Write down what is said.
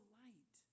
light